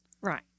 Right